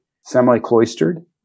semi-cloistered